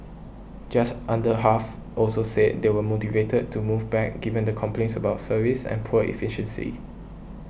just under half also said they were motivated to move back given the complaints about service and poor efficiency